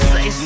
Say